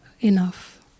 enough